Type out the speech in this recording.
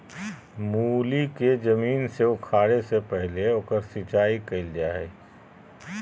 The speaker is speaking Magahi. मूली के जमीन से उखाड़े से पहले ओकर सिंचाई कईल जा हइ